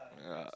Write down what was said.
yeah